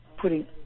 putting